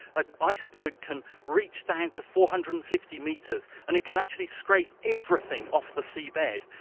an iceberg can reach down to four hundred and fifty metres and it can actually scrape everything off the seabed,